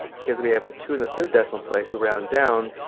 because we have a two in the third decimal place we round down,